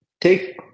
Take